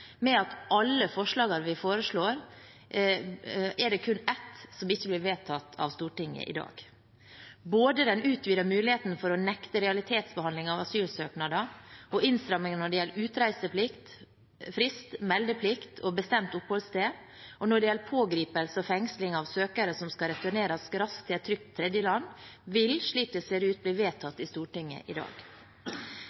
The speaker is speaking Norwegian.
at av alle forslagene vi foreslår, er det kun ett som ikke blir vedtatt av Stortinget i dag. Både den utvidede muligheten for å nekte realitetsbehandlingen av asylsøknader og innstramningen når det gjelder utreisefrist, meldeplikt og bestemt oppholdssted, og når det gjelder pågripelse og fengsling av søkere som skal returneres raskt til et trygt tredjeland, vil, slik det ser ut, bli